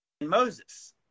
Moses